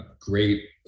great